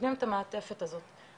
נותנים את המעטפת הזאת.